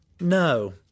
No